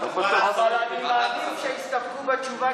אבל אני מעדיף שיסתפקו בתשובה,